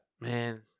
man